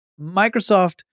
Microsoft